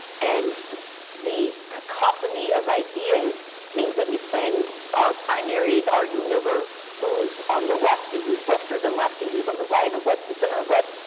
and the cacophony of ideas means that we spend our primaries arguing over who's on the left and who's lefter than left and who's on the right of left and center of left.